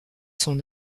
son